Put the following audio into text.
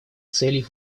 целей